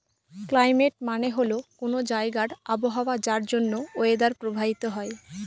climate মানে হল কোনো জায়গার আবহাওয়া যার জন্য ওয়েদার প্রভাবিত হয়